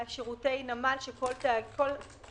אנחנו מכניסים את השירותים המפורשים